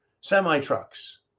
Semi-trucks